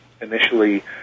initially